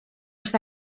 wrth